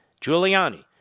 Giuliani